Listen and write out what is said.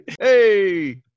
Hey